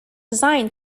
design